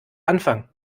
anfang